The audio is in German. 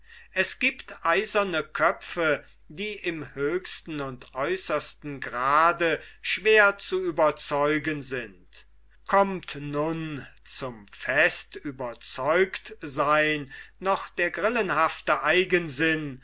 es giebt eiserne köpfe die im höchsten und äußersten grade schwer zu überzeugen sind kommt nun zum festüberzeugtseyn noch der grillenhafte eigensinn